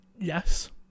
Yes